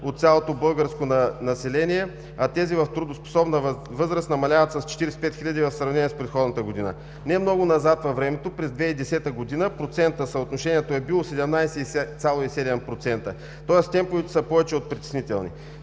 от цялото българско население, а тези в трудоспособна възраст намаляват с 45 хиляди в сравнение с предходната година. Не много назад във времето – през 2010 г., процентът на съотношението е бил 17,7%, тоест темповете са повече от притеснителни.